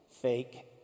fake